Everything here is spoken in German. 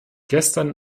gestern